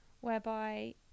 whereby